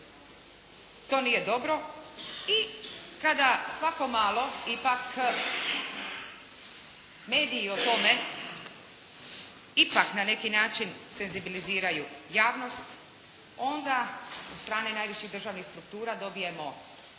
To nije dobro. I kada svako malo ipak mediji o tome ipak na neki način senzibiliziraju javnost onda od strane najviših državnih struktura dobijemo obećanje.